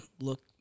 look